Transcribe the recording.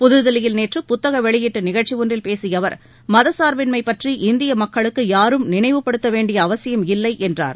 புதுதில்லியில் நேற்று புத்தக வெளியீட்டு நிகழ்ச்சி ஒன்றில் பேசிய அவர் மதச்சார்பின்மை பற்றி இந்திய மக்களுக்கு யாரும் நினைவுபடுத்த வேண்டிய அவசியம் இல்லை என்றார்